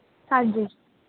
ਹਾਂਜੀ